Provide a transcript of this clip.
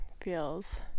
feels